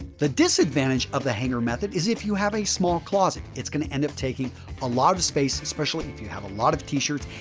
the disadvantage of the hanger method is if you have a small closet, it's going to end up taking a lot of space especially if you have a lot of t-shirts.